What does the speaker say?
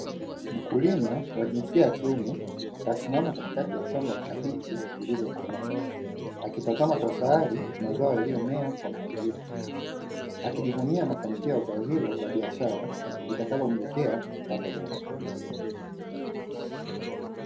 Mkulima wa jinsia ya kiume, kasimama katikati ya shamba la kabichi zilizokomaa, akitazama kwa ufahari mazao yaliyomea kwa mpangilio mzuri, akijivunia mafanikio ya zao hilo la biashara litakalomletea kipato bora.